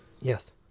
Yes